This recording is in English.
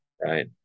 Right